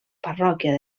parròquia